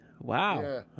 Wow